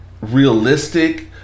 realistic